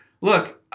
Look